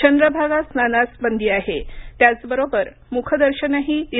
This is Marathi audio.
चंद्र भागा स्नानास बंदी आहे त्याचबरोबर मुख दर्शन ही दि